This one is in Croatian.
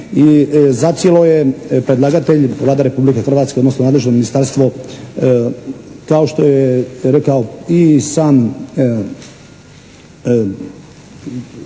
i zacijelo je predlagatelj Vlada Republike Hrvatske, odnosno nadležno ministarstvo kao što je rekao i sam